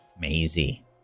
Maisie